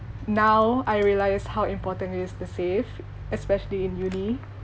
now I realise how important it is to save especially in uni